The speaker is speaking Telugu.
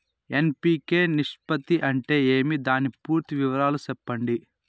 ఎన్.పి.కె నిష్పత్తి అంటే ఏమి దాని పూర్తి వివరాలు సెప్పండి?